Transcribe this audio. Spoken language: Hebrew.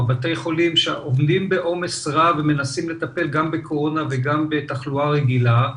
בתי החולים שעובדים בעומס רב ומנסים לטפל גם בקורונה וגם בתחלואה רגילה,